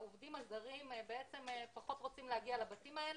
העובדים הזרים בעצם פחות רוצים להגיע לבתים האלה,